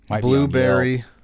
Blueberry